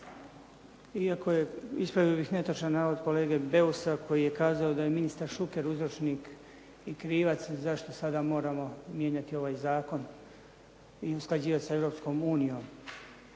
Ispravio bih netočan navod kolege Beusa koji je kazao da je ministar Šuker uzročnik i krivac zašto sada moramo mijenjati ovaj zakon i usklađivati sa Europskom unijom.